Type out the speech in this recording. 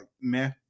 meh